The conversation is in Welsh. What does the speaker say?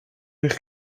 eich